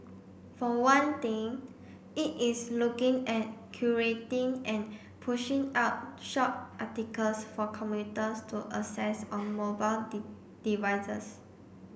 for one thing it is looking at curating and pushing out short articles for commuters to access on mobile devices